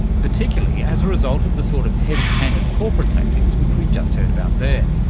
particularly as a result of the sort of heavy-handed corporate tactics which we've just heard about there.